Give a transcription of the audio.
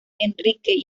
enrique